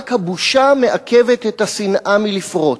רק הבושה מעכבת את השנאה מלפרוץ,